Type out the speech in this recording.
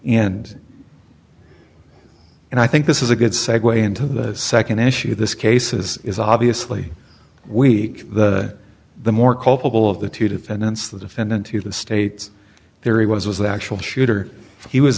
and and i think this is a good segue into the second issue of this case is obviously week that the more culpable of the two defendants the defendant who the state's theory was was the actual shooter he was